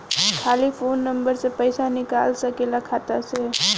खाली phone number से पईसा निकल सकेला खाता से?